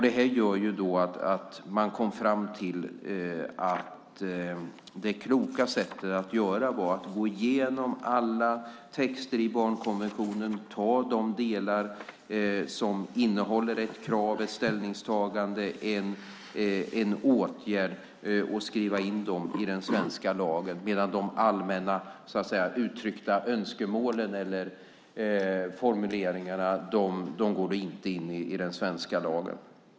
Det gjorde att man kom fram till att det var klokt att gå igenom alla texter i barnkonventionen och ta de delar som innehåller ett krav, ett ställningstagande eller en åtgärd och skriva in dem i den svenska lagen medan de allmänt uttryckta önskemålen eller formuleringarna inte går in i den svenska lagen.